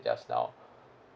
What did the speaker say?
just now